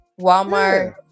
Walmart